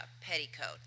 petticoat